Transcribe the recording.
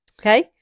Okay